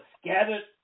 scattered